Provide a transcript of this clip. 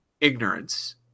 ignorance